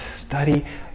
study